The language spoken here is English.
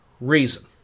reason